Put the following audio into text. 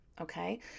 Okay